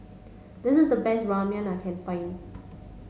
this is the best Ramyeon I can find